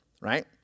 right